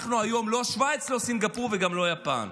שאנחנו היום לא שווייץ, לא סינגפור וגם לא יפן.